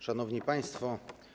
Szanowni Państwo!